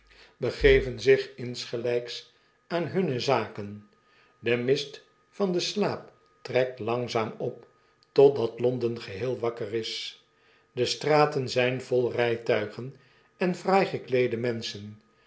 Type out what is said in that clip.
begeven zich insgelyks aan hunne zaken de mist van den slaap trekt langzaam op totdat londen geheel wakker is de straten zyn vol rytuigen en fraai gekleede menschen